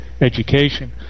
education